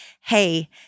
hey